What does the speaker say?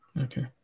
okay